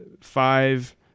five